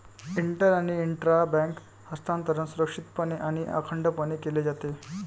inter आणि intra bank हस्तांतरण सुरक्षितपणे आणि अखंडपणे केले जाते